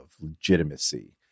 legitimacy